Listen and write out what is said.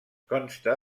consta